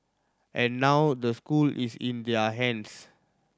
and now the school is in their hands